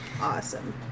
Awesome